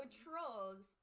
trolls